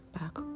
back